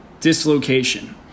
dislocation